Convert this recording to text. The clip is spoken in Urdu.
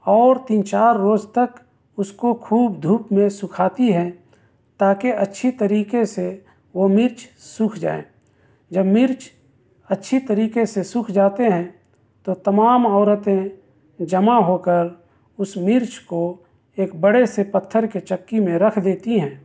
اور تین چار روز تک اُس کو خوب دھوپ میں سُکھاتی ہیں تاکہ اچھی طریقے سے وہ مرچ سوکھ جائیں جب مرچ اچھی طریقے سے سوکھ جاتے ہیں تو تمام عورتیں جمع ہو کر اُس مرچ کو ایک بڑے سے پتھر کے چکّی میں رکھ دیتی ہیں